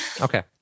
Okay